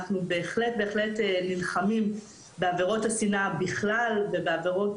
אנחנו בהחלט נלחמים בעבירות השנאה בכלל ובעבירות